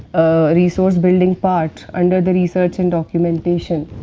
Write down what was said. resource building part under the research and documentation.